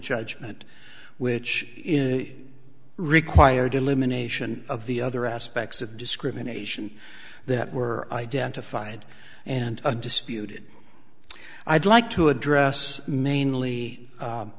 judgment which is required elimination of the other aspects of discrimination that were identified and a disputed i'd like to address mainly